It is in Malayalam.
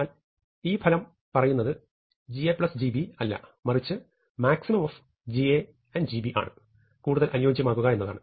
എന്നാൽ ഈ ഫലം പറയുന്നത് gAgB അല്ല മറിച്ച് maxgAgB ആണ് കൂടുതൽ അനുയോജ്യമാകുക എന്നാണ്